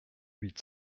huit